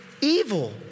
evil